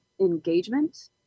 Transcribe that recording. engagement